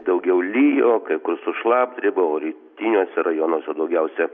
daugiau lijo kai kur su šlapdriba o rytiniuose rajonuose daugiausia